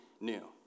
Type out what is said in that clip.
new